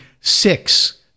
six